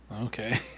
Okay